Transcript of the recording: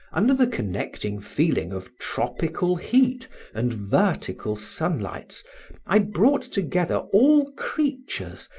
under the connecting feeling of tropical heat and vertical sunlights i brought together all creatures,